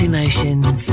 Emotions